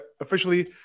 officially